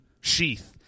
sheath